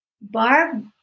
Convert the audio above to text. Barb